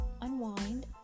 unwind